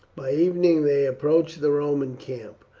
by evening they approached the roman camp.